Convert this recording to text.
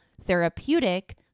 therapeutic